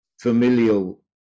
familial